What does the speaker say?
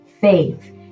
faith